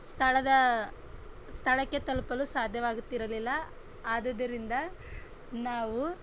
ಸ್ಥಳದ ಸ್ಥಳಕ್ಕೆ ತಲುಪಲು ಸಾಧ್ಯವಾಗುತ್ತಿರಲಿಲ್ಲ ಆದುದರಿಂದ ನಾವು